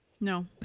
No